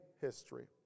history